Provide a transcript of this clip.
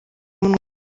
umunwa